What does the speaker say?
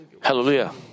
Hallelujah